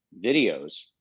videos